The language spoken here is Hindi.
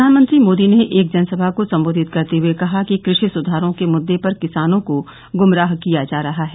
प्रधानमंत्री मोदी ने एक जनसभा को संबोधित करते हुए कहा कि कृषि सुधारों के मृद्दे पर किसानों को ग्मराह किया जा रहा है